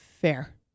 fair